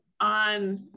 on